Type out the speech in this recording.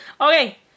Okay